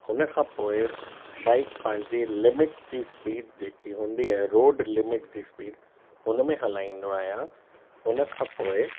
हुन खां पोइ बाइक पंहिंजी लिमिट जी स्पीड जेकी हूंदी आहे रोड लिमिट जी स्पीड हुन में हलाईंदो आहियां हुन खां पोइ